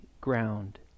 ground